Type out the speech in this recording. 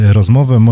rozmowę